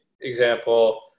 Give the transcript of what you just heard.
example